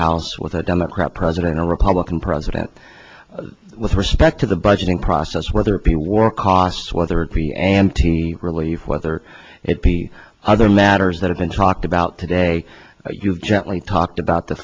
house with a democrat president a republican president with respect to the budgeting process whether it be war costs whether it be and t really whether it be other matters that have been talked about today you gently talked about the